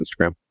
Instagram